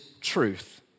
truth